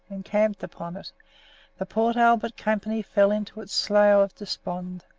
encamped upon it the port albert company fell into its slough of despond,